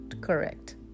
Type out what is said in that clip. correct